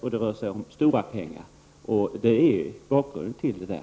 Effekterna har uppskattats, och det rör sig om stora pengar.